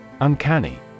Uncanny